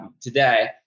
today